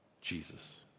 Jesus